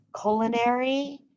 culinary